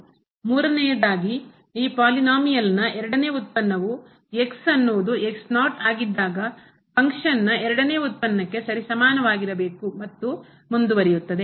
ಮೂರನೆಯದಾಗಿ ಈ ಪಾಲಿನೋಮಿಯಲ್ನ ಎರಡನೇ ಉತ್ಪನ್ನವು ಅನ್ನುವುದು ಆಗಿದ್ದಾಗ ಫಂಕ್ಷನ್ನನ ಎರಡನೇ ಉತ್ಪನ್ನಕೆ ಸರಿಸಮಾನವಾಗಿರಬೇಕು ಮತ್ತು ಮುಂದುವರಿಯುತ್ತದೆ